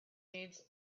needs